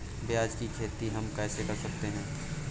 प्याज की खेती हम कैसे कर सकते हैं?